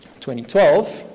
2012